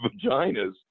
vaginas